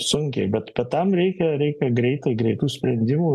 sunkiai bet tam reikia reikia greitai greitų sprendimų